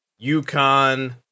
UConn